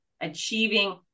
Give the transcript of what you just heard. achieving